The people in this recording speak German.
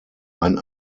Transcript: ein